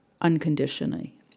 unconditionally